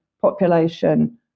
population